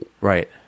right